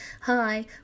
Hi